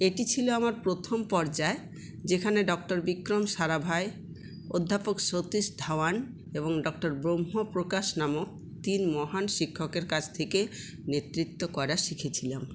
এটি ছিল আমার প্রথম পর্যায় যেখানে ডঃ বিক্রম সারাভাই অধ্যাপক সতীশ ধাওয়ান এবং ডঃ ব্রহ্ম প্রকাশ নামক তিন মহান শিক্ষকের কাছ থেকে নেতৃত্ব করা শিখেছিলাম